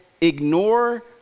ignore